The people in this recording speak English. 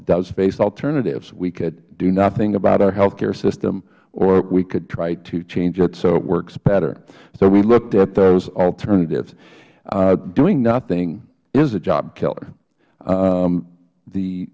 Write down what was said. does face alternatives we could do nothing about our health care system or we could try to change it so it works better so we looked at those alternatives doing nothing is a job killer